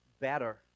better